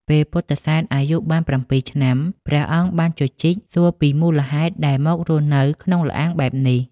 ពេលពុទ្ធិសែនអាយុបាន៧ឆ្នាំ ព្រះអង្គបានជជីកសួរពីមូលហេតុដែលមករស់នៅក្នុងល្អាងបែបនេះ។